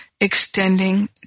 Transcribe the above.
extending